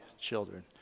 children